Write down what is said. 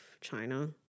China